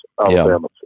Alabama